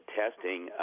testing